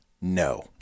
no